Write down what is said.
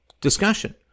discussion